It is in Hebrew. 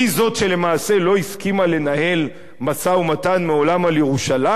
למעשה שמעולם לא הסכימה לנהל משא-ומתן על ירושלים,